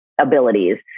abilities